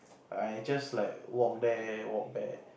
I just like walk there walk back